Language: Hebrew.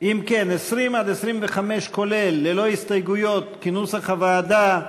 אם כן, 20 25 כולל, ללא הסתייגויות, כנוסח הוועדה,